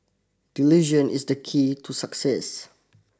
delusion is the key to success